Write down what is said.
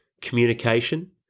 communication